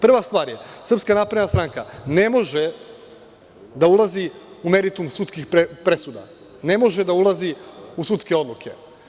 Prva stvar je, SNS ne može da ulazi u meritum sudskih presuda, ne može da ulazi u sudske odluke.